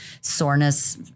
soreness